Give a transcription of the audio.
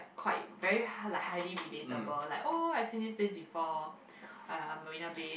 quite very like highly relatable like oh I've seen this place before uh Marina-Bay